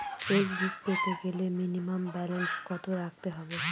Chequebook পেতে গেলে minimum balance কত রাখতে হবে?